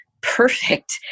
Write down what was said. perfect